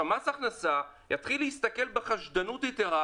מס הכנסה יתחיל להסתכל בחשדנות יתרה